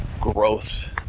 growth